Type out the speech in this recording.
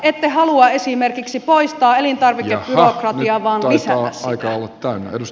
ette halua esimerkiksi poistaa elintarvikebyrokratiaa vaan lisätä sitä